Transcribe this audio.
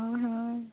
हय हय